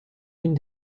une